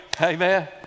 amen